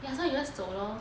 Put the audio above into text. ya so you just 走 lor